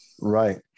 right